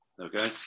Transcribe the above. okay